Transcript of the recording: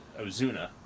Ozuna